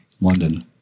London